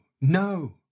no